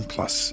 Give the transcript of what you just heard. Plus